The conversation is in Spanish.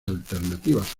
alternativas